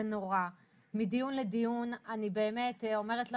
זה נורא, מדיון לדיון אני באמת אומרת לכם,